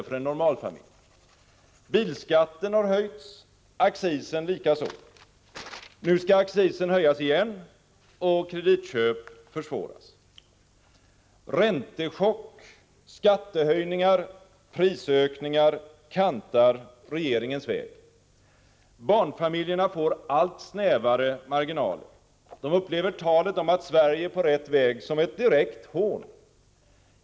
för en normalfamilj. Bilskatten har höjts, accisen likaså. Nu skall accisen höjas igen och kreditköp försvåras. Räntechock, skattehöjningar och prisökningar kantar regeringens väg. Barnfamiljerna får allt snävare marginaler. De upplever talet om att Sverige är på rätt väg som ett direkt hån.